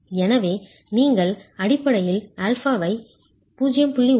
எனவே நீங்கள் அடிப்படையில் α ஐ 0